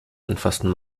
anfassen